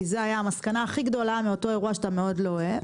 כי זו הייתה מהמסקנה הכי גדולה מאותו אירוע שאתה לא אוהב